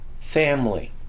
family